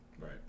Right